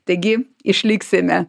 taigi išliksime